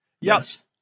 Yes